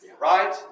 Right